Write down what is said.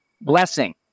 blessing